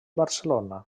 barcelona